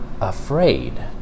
afraid